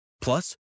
Plus